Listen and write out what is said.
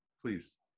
Please